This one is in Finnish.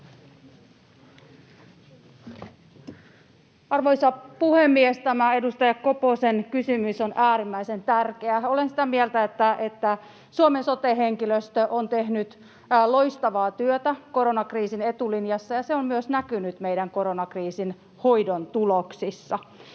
Arvoisa puhemies! Tämä edustaja Koposen kysymys on äärimmäisen tärkeä. Olen sitä mieltä, että Suomen sote-henkilöstö on tehnyt loistavaa työtä koronakriisin etulinjassa ja se on myös näkynyt meillä koronakriisin hoidon tuloksissa.